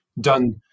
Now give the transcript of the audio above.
done